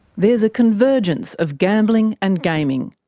there's a convergence of gambling and gaming.